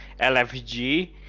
LFG